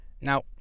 Now